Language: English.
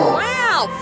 wow